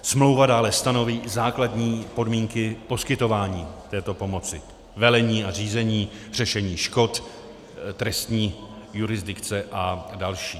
Smlouva dále stanoví základní podmínky poskytování této pomoci, velení a řízení, řešení škod, trestní jurisdikce a další.